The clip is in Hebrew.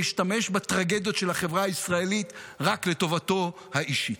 להשתמש בטרגיות של החברה הישראלית רק לטובתו האישית.